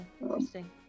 interesting